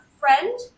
friend